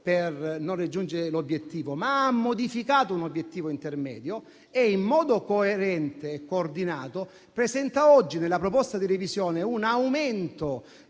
per non raggiungere l'obiettivo, ma ha modificato un obiettivo intermedio e, in modo coerente e coordinato, presenta oggi nella proposta di revisione un aumento